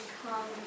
come